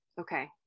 Okay